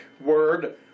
word